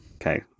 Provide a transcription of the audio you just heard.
Okay